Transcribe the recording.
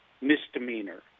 misdemeanor